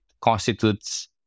constitutes